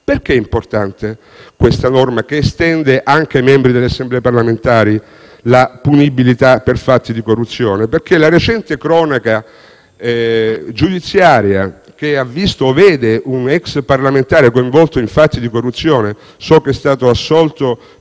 Perché è importante questa norma che estende anche ai membri delle assemblee parlamentari internazionali la punibilità per fatti di corruzione? La recente cronaca giudiziaria ha visto o vede un *ex* parlamentare coinvolto in fatti di corruzione. So che è stato assolto